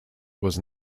was